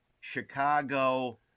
Chicago